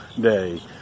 day